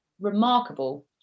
remarkable